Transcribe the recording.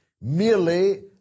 merely